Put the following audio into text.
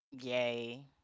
Yay